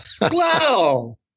Wow